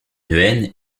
haine